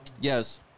Yes